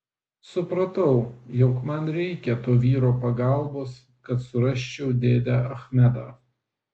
supratau jog man reikia to vyro pagalbos kad surasčiau dėdę achmedą